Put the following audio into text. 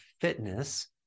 fitness